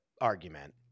argument